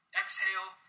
exhale